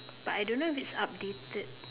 but I don't know if it's updated